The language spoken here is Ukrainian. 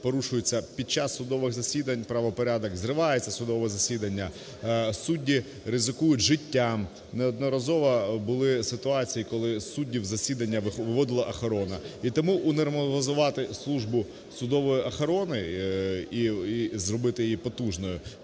під час судових засідань правопорядок, зривається судове засідання, судді ризикують життям. Неодноразово були ситуації, коли суддів із засідання виводила охорона. І тому унормалізувати службу судової охорони і зробити її потужною,